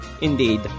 Indeed